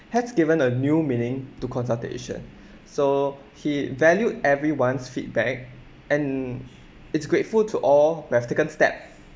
has given a new meaning to consultation so he valued everyone's feedback and is grateful to all who have taken steps